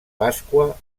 pasqua